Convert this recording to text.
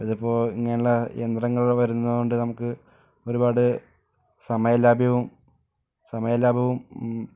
ഇതിപ്പോൾ ഇങ്ങനുള്ള യന്ത്രങ്ങൾ വരുന്നതുകൊണ്ട് നമുക്ക് ഒരുപാട് സമയം ലാഭ്യവും സമയം ലാഭവും